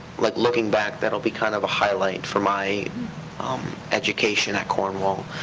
like looking back, that'll be kind of a highlight for my um education at cornwall.